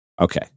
Okay